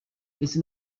ndetse